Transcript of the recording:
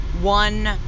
one